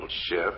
chef